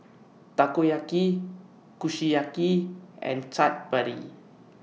Takoyaki Kushiyaki and Chaat Papri